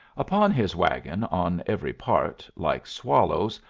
upon his wagon on every part, like swallows,